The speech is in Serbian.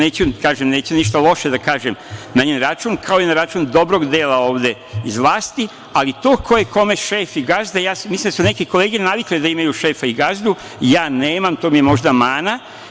Neću da kažem ništa loše na njen račun, kao i na račun dobrog dela ovde iz vlasti, ali to ko je kome šef i gazda, mislio sam da su neke kolege navikle da imaju šefa i gazdu, ja nemam, i to mi je možda mana.